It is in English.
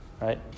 Right